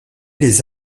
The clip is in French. les